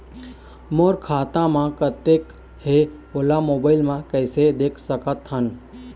मोर खाता म कतेक हे ओला मोबाइल म कइसे देख सकत हन?